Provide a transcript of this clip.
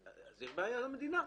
אז יש בעיה למדינה.